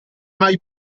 mai